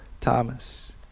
Thomas